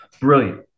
Brilliant